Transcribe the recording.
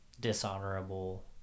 dishonorable